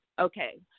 Okay